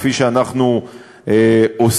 כפי שאנחנו עושים,